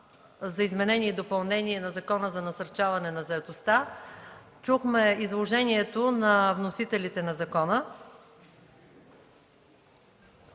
за изменение и допълнение на Закона за насърчаване на заетостта, чухме и изложението на вносителите на закона.